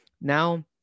now